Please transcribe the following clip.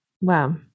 Wow